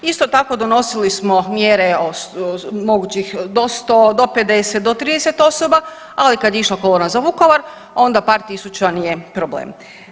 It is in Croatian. Isto tako donosili smo mjere mogućih do 100, do 50, do 30 osoba, ali kad je išla kolona za Vukovar onda par tisuća nije problem.